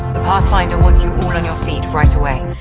the pathfinder wants you feet right away.